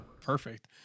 perfect